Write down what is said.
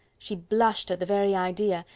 she blushed at the very idea,